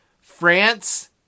France